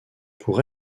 pour